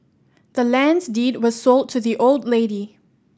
the land's deed was sold to the old lady